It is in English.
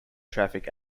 traffic